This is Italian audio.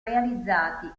realizzati